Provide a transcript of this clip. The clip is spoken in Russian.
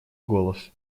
голос